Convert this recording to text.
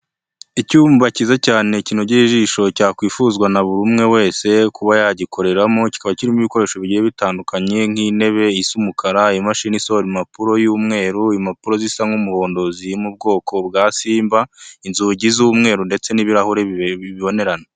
Icyumba cyiza cyane kinogeye ijisho cyakwifuzwa na buri umwe wese kuba yagikoreramo, kikaba kirimo ibikoresho bigiye bitandukanye, nk'intebe isa umukara, imashini isohora impapuro y'umweru, impapuro zisa nk'umuhondo ziri mu bwoko bwa simba, inzugi z'umweru ndetse n'ibirahure bibonerana.